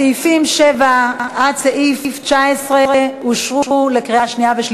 סעיפים 7 19 אושרו בקריאה שנייה.